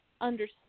understand